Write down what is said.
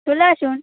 চলে আসুন